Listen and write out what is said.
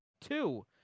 Two